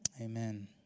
Amen